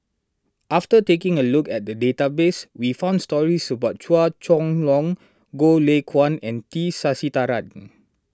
after taking a look at the database we found stories about Chua Chong Long Goh Lay Kuan and T Sasitharan